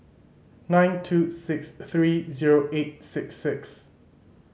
nine two six three zero eight six six